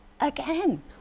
again